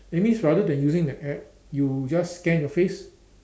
that means rather than using the app you just scan your face